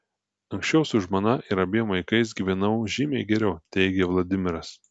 anksčiau su žmona ir abiem vaikais gyvenau žymiai geriau teigia vladimiras